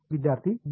विद्यार्थी बी